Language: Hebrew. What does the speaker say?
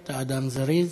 תודה, אדוני היושב-ראש.